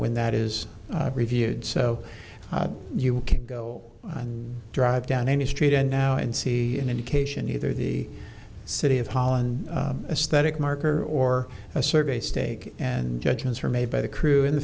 when that is reviewed so you can go and drive down any street and now and see an indication either the city of holland aesthetic marker or a survey stake and judgments are made by the crew in the